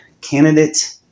candidate